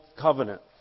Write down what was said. Covenant